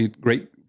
great